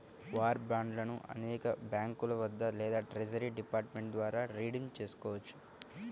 war బాండ్లను అనేక బ్యాంకుల వద్ద లేదా ట్రెజరీ డిపార్ట్మెంట్ ద్వారా రిడీమ్ చేయవచ్చు